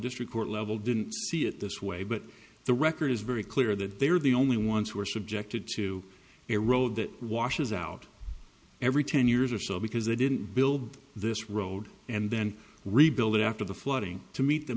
district court level didn't see it this way but the record is very clear that they are the only ones who are subjected to erode that washes out every ten years or so because they didn't build this road and then rebuild after the flooding to meet the